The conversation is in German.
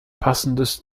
passendes